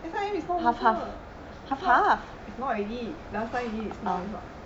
S_I_M is not local is not already last time is but now not